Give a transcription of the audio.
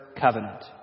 covenant